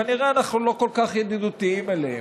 כנראה אנחנו לא כל כך ידידותיים אליהם,